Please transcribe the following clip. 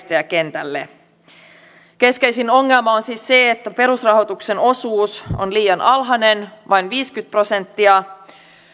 ammatilliselle koulutukselle ja järjestäjäkentälle keskeisin ongelma on siis se että perusrahoituksen osuus on liian alhainen vain viisikymmentä prosenttia